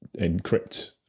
encrypt